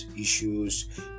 issues